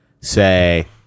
say